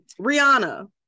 Rihanna